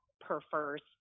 prefers